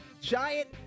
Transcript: giant